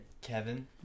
Kevin